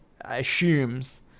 assumes